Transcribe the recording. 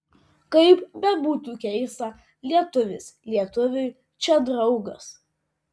kaip bebūtų keista lietuvis lietuviui čia draugas